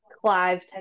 Clive